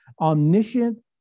omniscient